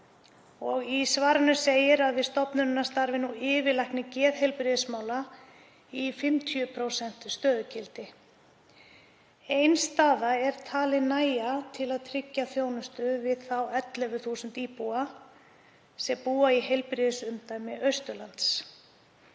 Í svarinu segir að við stofnunina starfi nú yfirlæknir geðheilbrigðismála í 50% stöðugildi. Ein staða er talin nægja til að tryggja þjónustu við þá 11.000 íbúa sem búa í heilbrigðisumdæmi Austurlands.